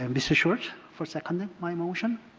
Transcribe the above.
ah and so schultz for seconding my motion.